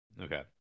Okay